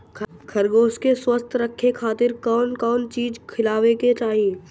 खरगोश के स्वस्थ रखे खातिर कउन कउन चिज खिआवे के चाही?